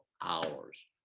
hours